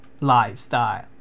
lifestyle